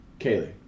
Kaylee